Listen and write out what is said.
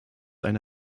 eine